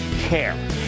care